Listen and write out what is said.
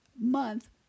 month